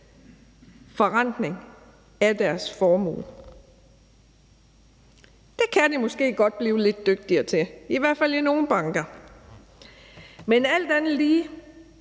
forrentning af deres formue. Det kan de måske godt blive lidt dygtigere til, i hvert fald i nogle banker. Alt andet lige